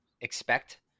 expect